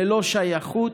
ללא שייכות,